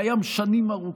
קיים שנים ארוכות.